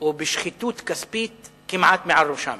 או בשחיתות כספית כמעט מעל ראשם.